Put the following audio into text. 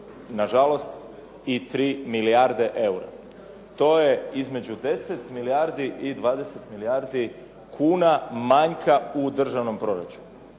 nažalost i 3 milijarde eura. To je između 10 milijardi i 20 milijardi kuna manjka u državnom proračunu.